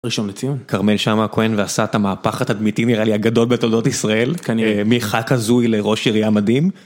ראשון לציון, כרמל שאמה הכהן ועשה את המהפך הדמיתי נראה לי הגדול בתולדות ישראל, מח"כ הזוי לראש עירייה מדהים.